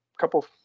couple